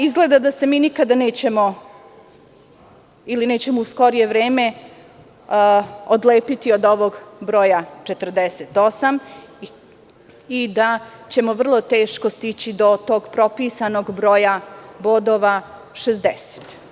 Izgleda da se mi nikada nećemo ili nećemo u skorije vreme odlepiti od ovog broja 48 i da ćemo vrlo teško stići do tog propisanog broja bodova 60.